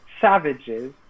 savages